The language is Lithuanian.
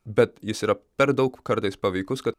bet jis yra per daug kartais paveikus kad